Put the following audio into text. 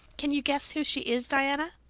can you guess who she is, diana?